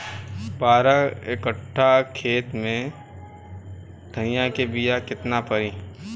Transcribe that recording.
बारह कट्ठाखेत में धनिया के बीया केतना परी?